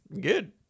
good